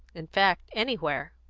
in fact, anywhere.